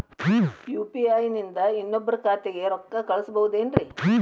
UPI ನಿಂದ ಇನ್ನೊಬ್ರ ಖಾತೆಗೆ ರೊಕ್ಕ ಕಳ್ಸಬಹುದೇನ್ರಿ?